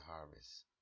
harvest